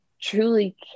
truly